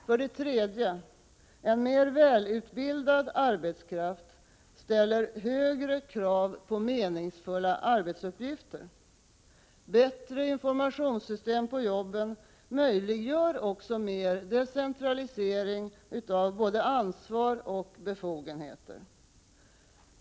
För det tredje: En mer välutbildad arbetskraft ställer högre krav på meningsfulla arbetsuppgifter. Bättre informationssystem på jobbet möjliggör också mer decentralisering av både ansvar och befogenheter.